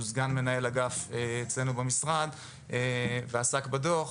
שהוא סגן מנהל אגף אצלנו במשרד ועסק בדוח,